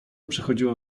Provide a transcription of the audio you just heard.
przechodziło